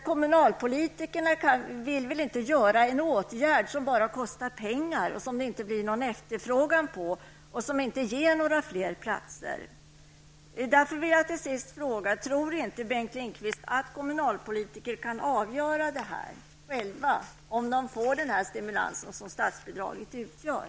Kommunalpolitikerna är nog inte villiga att vidta en åtgärd som bara kostar pengar när det inte finns någon efterfrågan och som inte ger några fler platser. Lindqvist att kommunalpolitikerna själva kan avgöra, om de får den stimulans som statsbidraget utgör?